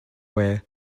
ware